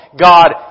God